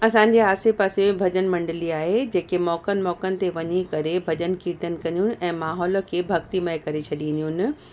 असांजे आसे पासे भॼन मंडली आहे जेके मौक़नि मौक़नि ते वञी करे भॼन कीर्तन कंदियूं ऐं माहौल खे भक्ति मए करे छॾींदियूं आहिनि